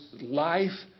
life